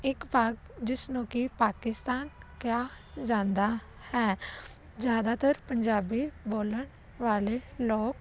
ਇੱਕ ਭਾਗ ਜਿਸ ਨੂੰ ਕਿ ਪਾਕਿਸਤਾਨ ਕਿਹਾ ਜਾਂਦਾ ਹੈ ਜ਼ਿਆਦਾਤਰ ਪੰਜਾਬੀ ਬੋਲਣ ਵਾਲੇ ਲੋਕ